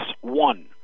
one